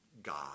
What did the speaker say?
God